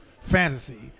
fantasy